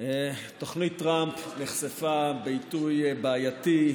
תוכנית טראמפ נחשפה בעיתוי בעייתי,